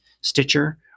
Stitcher